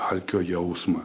alkio jausmą